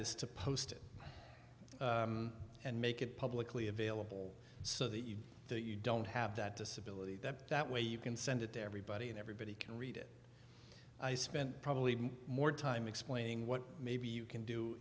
is to post it and make it publicly available so that you that you don't have that disability that way you can send it to everybody and everybody can read it i spent probably more time explaining what maybe you can do